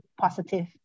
positive